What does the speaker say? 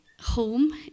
home